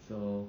so